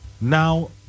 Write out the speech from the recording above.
now